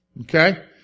Okay